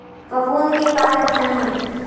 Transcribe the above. फफूंद के का लक्षण हे?